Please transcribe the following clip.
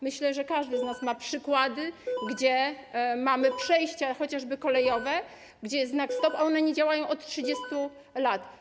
Myślę, że każdy z nas ma przykłady, gdzie mamy przejścia, chociażby kolejowe, gdzie jest znak STOP, a one nie działają od 30 lat.